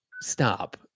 Stop